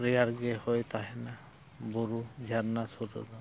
ᱨᱮᱭᱟᱲ ᱜᱮ ᱦᱚᱭ ᱛᱟᱦᱮᱱᱟ ᱵᱩᱨᱩ ᱡᱷᱟᱨᱱᱟ ᱥᱩᱨ ᱨᱮᱫᱚ